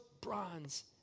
bronze